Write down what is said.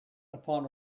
upon